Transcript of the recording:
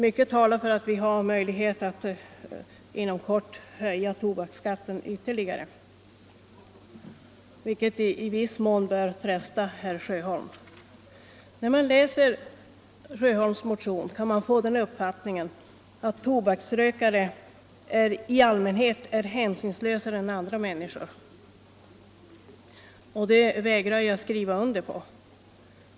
Mycket talar för att vi har möjlighet att inom kort höja tobaksskatten ytterligare, vilket i viss mån bör trösta herr Sjöholm. När man läser herr Sjöholms motion kan man få den uppfattningen att tobaksrökare i allmänhet är hänsynslösare än andra människor, och det vägrar jag att skriva under på.